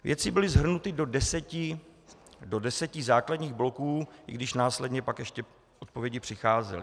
Věci byly shrnuty do deseti základních bloků, i když následně pak ještě odpovědi přicházely.